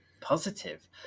positive